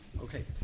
Okay